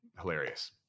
hilarious